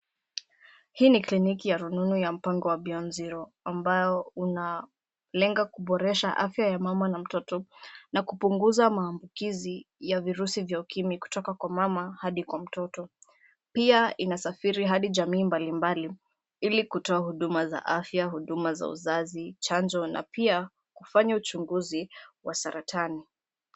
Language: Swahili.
Hii ni kliniki ya rununu ya mpango wa Beyond Zero ambao unalenga kuboresha afya ya mama na mtoto na kupunguza maambukizi ya virusi vya ukimwi kutoka kwa mama hadi kwa mtoto. Pia inasafiri hadi jamii mbalimbali ili kutoa huduma za afya, huduma za uzazi, chanjo na pia kufanya uchunguzi wa saratani.